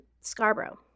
Scarborough